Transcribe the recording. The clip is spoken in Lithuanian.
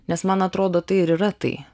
nes man atrodo tai ir yra tai